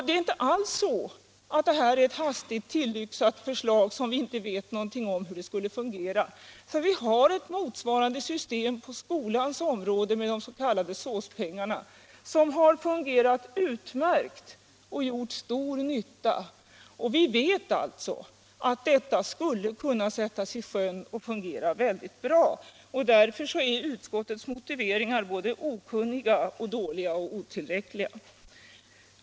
Det är inte alls ett hastigt tillyxat förslag som vi inte vet hur det skulle fungera. Vi har motsvarande system på skolans område med de s.k. SÅS-pengarna, som har fungerat utmärkt och gjort stor nytta. Vi vet alltså att förslaget skulle kunna förverkligas och fungera mycket bra. Därför är utskottets motiveringar både okunniga, dåliga och otillräckliga.